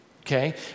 Okay